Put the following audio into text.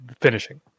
finishing